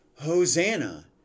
Hosanna